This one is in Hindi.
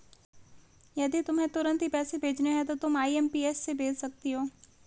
यदि तुम्हें तुरंत ही पैसे भेजने हैं तो तुम आई.एम.पी.एस से भेज सकती हो